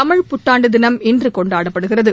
தமிழ்ப்புத்தாண்டு தினம் இன்று கொண்டாடப்படுகிறது